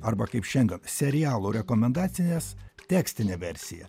arba kaip šiandien serialo rekomendacines tekstinę versiją